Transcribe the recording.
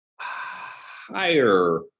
Higher